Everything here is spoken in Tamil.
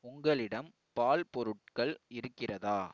உங்களிடம் பால் பொருட்கள் இருக்கிறதா